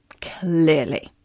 Clearly